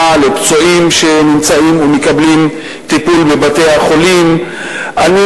לפצועים שנמצאים בבתי-החולים ומקבלים טיפול.